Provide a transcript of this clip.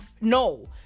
No